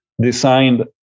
designed